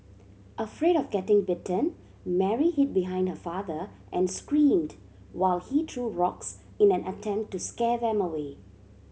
afraid of getting bitten Mary hid behind her father and screamed while he threw rocks in an attempt to scare them away